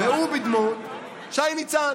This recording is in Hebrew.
והוא בדמות שי ניצן.